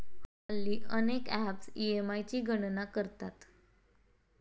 हल्ली अनेक apps EMI ची गणना करतात